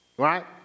Right